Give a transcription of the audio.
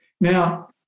Now